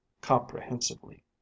comprehensively